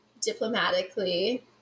diplomatically